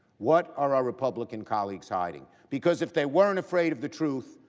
what are our republican colleagues hiding? because if they weren't afraid of the truth,